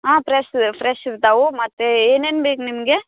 ಹಾಂ fresh fresh ಇರ್ತಾವೆ ಮತ್ತೆ ಏನು ಏನು ಬೇಕು ನಿಮಗೆ